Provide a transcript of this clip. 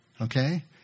okay